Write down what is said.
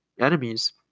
enemies